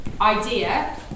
idea